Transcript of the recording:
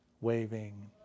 waving